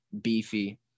beefy